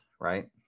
right